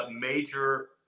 major